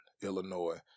Illinois